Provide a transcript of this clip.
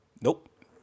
Nope